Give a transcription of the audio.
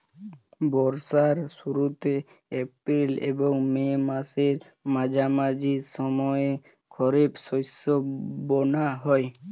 বর্ষার শুরুতে এপ্রিল এবং মে মাসের মাঝামাঝি সময়ে খরিপ শস্য বোনা হয়